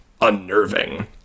unnerving